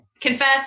confess